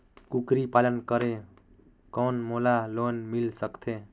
कूकरी पालन करे कौन मोला लोन मिल सकथे?